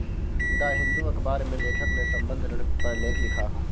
the Hindu अखबार में लेखक ने संबंद्ध ऋण पर लेख लिखा